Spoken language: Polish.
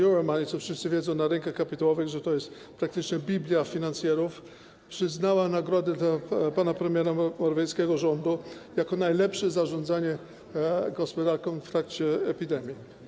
Euromoney - wszyscy wiedzą na rynkach kapitałowych, że to jest praktycznie biblia finansjery - przyznało nagrodę dla pana premiera Morawieckiego rządu za najlepsze zarządzanie gospodarką w trakcie epidemii.